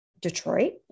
Detroit